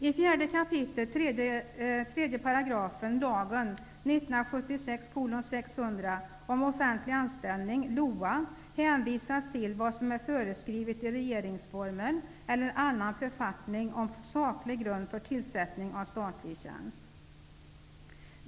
I 4 kap. 3 § lagen om offentlig anställning hänvisas till vad som är föreskrivet i regeringsformen eller annan författning om saklig grund för tillsättande av statlig tjänst.